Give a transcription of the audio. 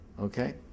okay